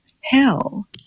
hell